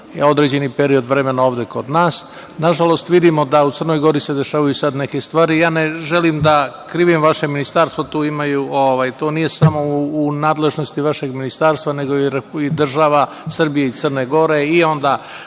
određeni period vremena ovde kod nas. Nažalost, vidimo da se u Crnoj Gori sada dešavaju neke stvari. Ja ne želim da krivim vaše ministarstvo, to nije samo u nadležnosti vašeg ministarstva, nego i država Srbije i Crne Gore, Srpske